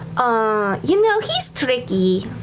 ah you know, he's tricky.